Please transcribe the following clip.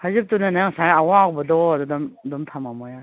ꯐꯩꯖꯨꯞꯇꯨꯅꯅꯦ ꯅꯪ ꯉꯁꯥꯏ ꯑꯋꯥꯎꯕꯗꯣ ꯑꯗꯨꯗꯣ ꯑꯗꯨꯝ ꯊꯝꯃꯝꯃꯣ ꯌꯥꯔꯦ